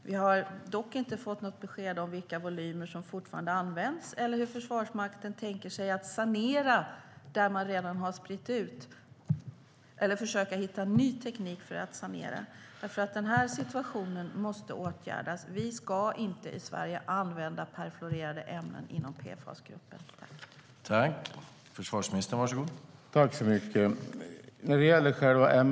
Vi har dock inte fått några besked om vilka volymer som fortfarande används eller hur Försvarsmakten tänker sanera där man redan har spritt ut eller försöka hitta ny teknik för att sanera.